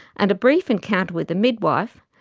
and a brief encounter with a midwife,